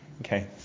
Okay